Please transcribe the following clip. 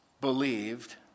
believed